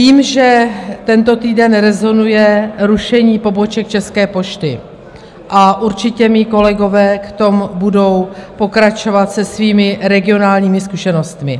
Vím, že tento týden rezonuje rušení poboček České pošty, určitě moji kolegové v tom budou pokračovat se svými regionálními zkušenostmi.